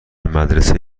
مدرسه